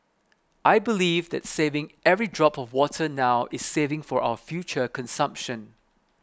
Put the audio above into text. I believe that saving every drop of water now is saving for our future consumption